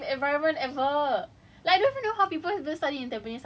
you boleh tampines hub is the most not conducive environment ever